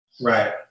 Right